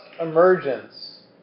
emergence